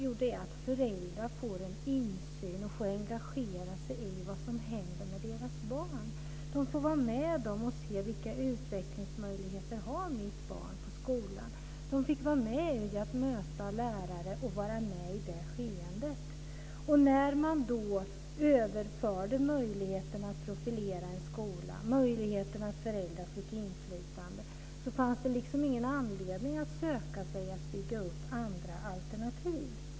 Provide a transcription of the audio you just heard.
Jo, det är att föräldrar får en insyn och får engagera sig i vad som händer med deras barn. De får vara med och se vilka utvecklingsmöjligheter deras barn har på skolan. De får vara med om att möta lärare och får vara med i det här skeendet. När man då överförde möjligheterna att profilera en skola och möjligheten att ge föräldrar inflytande fanns det liksom ingen anledning att söka sig till att bygga upp andra alternativ.